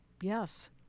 Yes